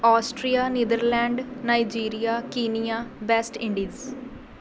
Austria Netherlands Nigeria Kenya West Indies